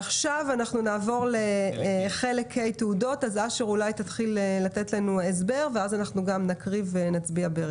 אשר, תן לנו הסבר ואחר כך נקריא ונצביע.